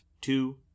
two